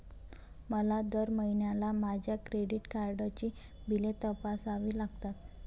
मला दर महिन्याला माझ्या क्रेडिट कार्डची बिले तपासावी लागतात